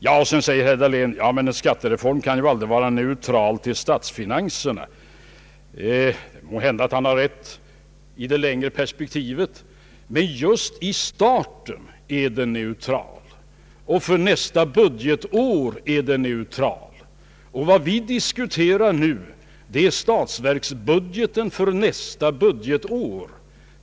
Herr Dahlén sade vidare att en skattereform aldrig kan vara neutral till statsfinanserna. Måhända har han rätt i det längre perspektivet, men just i starten är den här reformen neutral. Den är neutral för nästa budgetår, och vad vi nu diskuterar är statsverksbudgeten för nästa budgetår.